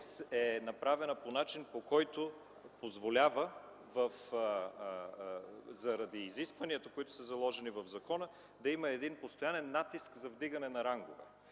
е направена по начин, който позволява заради изискванията, заложени в закона, да имат постоянен натиск за вдигане на рангове.